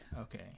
Okay